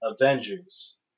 Avengers